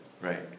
right